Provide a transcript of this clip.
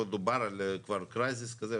פה דובר כבר על משבר כזה,